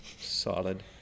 solid